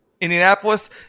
Indianapolis